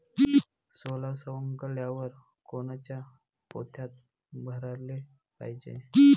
सोला सवंगल्यावर कोनच्या पोत्यात भराले पायजे?